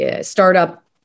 startup